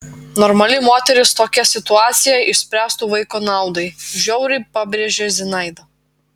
normali moteris tokią situaciją išspręstų vaiko naudai žiauriai pabrėžė zinaida